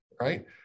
right